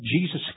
Jesus